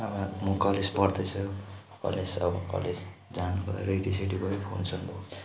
अब म कलेज पढ्दैछु कलेज अब कलेज जानु रेडीसेडी भयो फोनसोन बोक्यो